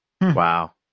Wow